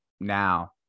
now